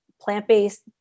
plant-based